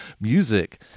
music